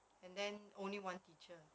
and then only one teacher